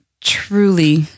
truly